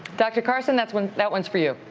dr. carson, that's one that one's for you.